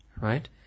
right